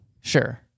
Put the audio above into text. Sure